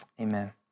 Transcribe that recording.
amen